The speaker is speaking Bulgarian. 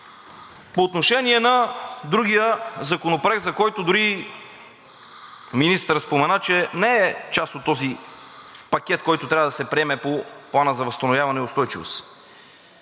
По отношение на другия законопроект, за който дори и министърът спомена, че не е част от този пакет, който трябва да се приеме по Плана за възстановяване и устойчивост.